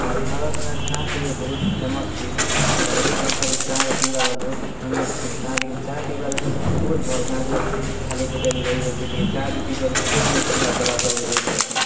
ଆମର୍ ଭାରତ୍ନେ ଚା' ଟିକେ ବହୁତ୍ ଫେମସ୍ ବି ଆର୍ ଅଧିକାଂଶ ଲୋକ୍ ଚା' ପିଇବାକେ ବହୁତ୍ ଫେମସ୍ କିନି କାଁଜି କି ଚା' ପିଇବାର୍ ଗୁଟେ ବହୁତ୍ ଭଲ୍ କାଁଜେ ଖାଲି ପେଟେ ବି ରହି ହେସି ଟିକେ ଚା' ବି ପିଇକରି ଖୋବ୍ ଲୋକ୍ ଏନ୍ତା ବେଲାତକ୍ ରହିପାର୍ସନ୍